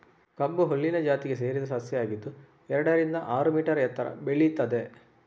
ಕಬ್ಬು ಹುಲ್ಲಿನ ಜಾತಿಗೆ ಸೇರಿದ ಸಸ್ಯ ಆಗಿದ್ದು ಎರಡರಿಂದ ಆರು ಮೀಟರ್ ಎತ್ತರ ಬೆಳೀತದೆ